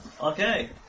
Okay